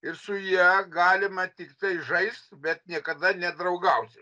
ir su ja galima tiktai žaist bet niekada nedraugauti